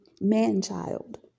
man-child